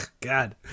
God